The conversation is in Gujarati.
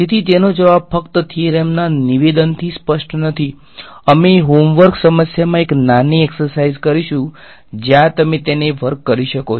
તેથી તેનો જવાબ ફક્ત થીયરમના નિવેદનથી સ્પષ્ટ નથી અમે હોમવર્ક સમસ્યામાં એક નાની એક્સરસાઈઝ કરીશું જ્યાં તમે તેને વર્ક કરી શકો છો